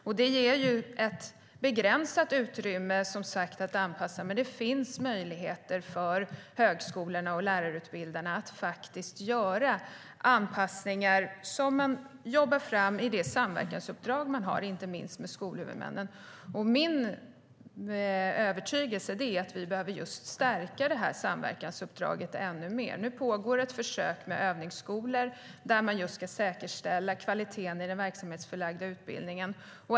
Det ger som sagt ett begränsat utrymme att anpassa, men det finns möjligheter för högskolorna och lärarutbildarna att göra anpassningar som man jobbar fram i det samverkansuppdrag man har, inte minst med skolhuvudmännen. Min övertygelse är att vi behöver stärka just detta samverkansuppdrag ännu mer. Nu pågår ett försök med övningsskolor där man ska säkerställa kvaliteten i den verksamhetsförlagda utbildningen.